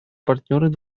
партнерами